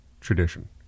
tradition